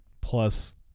Plus